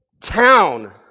town